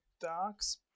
Doc's